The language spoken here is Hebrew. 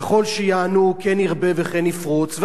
ככל שיענו כן נרבה וכן נפרוץ.